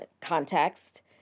context